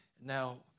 Now